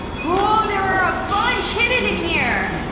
there are a bunch hidden in here!